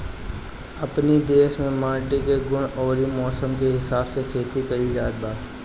अपनी देस में माटी के गुण अउरी मौसम के हिसाब से खेती कइल जात हवे